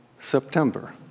September